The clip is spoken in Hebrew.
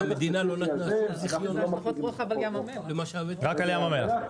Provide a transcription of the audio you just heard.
רק על ים המלח.